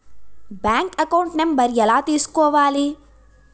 Bank account number ఎలా తీసుకోవాలి?